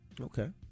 Okay